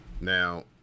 Now